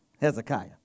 Hezekiah